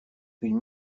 une